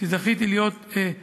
שזכיתי להיות, כידוע,